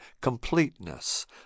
completeness